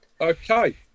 Okay